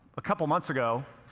a couple months ago,